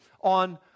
on